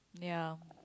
ya